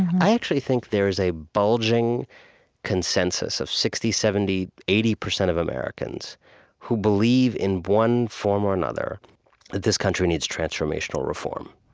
i actually think there's a bulging consensus of sixty, seventy, eighty percent of americans who believe, in one form or another, that this country needs transformational reform,